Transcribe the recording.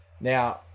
Now